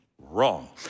Wrong